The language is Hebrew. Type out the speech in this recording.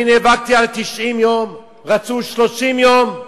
אני נאבקתי על 90 יום, רצו 30 יום.